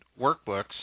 workbooks